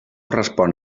respon